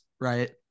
right